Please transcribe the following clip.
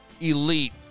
elite